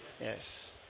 Yes